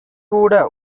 கூட